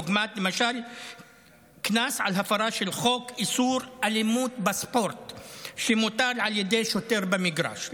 דוגמת קנס על הפרה של חוק איסור אלימות בספורט שמוטל על ידי שוטר במגרש,